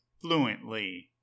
fluently